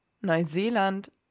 Neuseeland